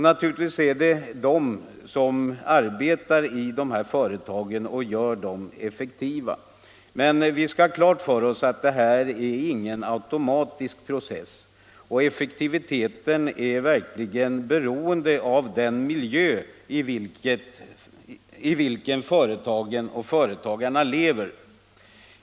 Naturligtvis är det de som arbetar i dessa företag som gör dem effektiva, men vi skall ha klart för oss att det här inte är någon automatisk process, och effektiviteten är i hög grad beroende av den miljö i vilken företagen och företagarna lever.